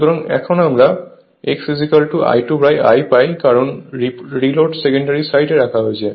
সুতরাং এখন আমরা xI2I পাই কারণ রিলোড সেকেন্ডারি সাইডে রাখা হয়েছে